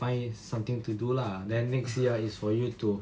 find something to do lah then next year is for you to